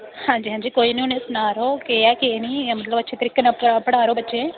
हां जी हां जी कोई नी उ'नें सना'रो केह् ऐ केह् नी मतलब अच्छे तरीके'नै पढ़ा पढ़ा'रो बच्चें गी